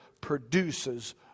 produces